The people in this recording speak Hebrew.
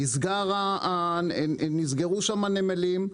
נסגרו שמה נמלים,